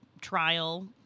trial